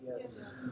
Yes